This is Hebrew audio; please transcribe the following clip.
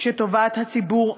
כשטובת הציבור,